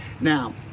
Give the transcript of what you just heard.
Now